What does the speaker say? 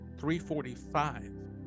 $345